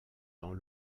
dans